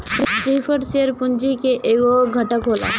preferred share पूंजी के एगो घटक होला